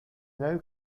now